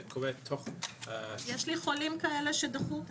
זה קורה תוך- -- יש לי חולים כאלה שדחו אותם.